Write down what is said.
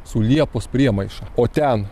su liepos priemaiša o ten